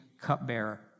cupbearer